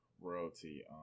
royalty